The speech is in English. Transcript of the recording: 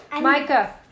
Micah